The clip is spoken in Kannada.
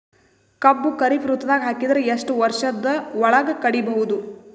ಕಬ್ಬು ಖರೀಫ್ ಋತುದಾಗ ಹಾಕಿದರ ಎಷ್ಟ ವರ್ಷದ ಒಳಗ ಕಡಿಬಹುದು?